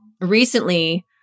recently